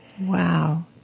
Wow